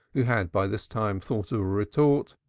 who had by this time thought of a retort.